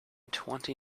twenty